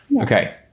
Okay